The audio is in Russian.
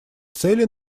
цели